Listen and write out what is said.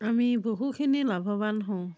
আমি বহুখিনি লাভৱান হওঁ